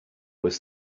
was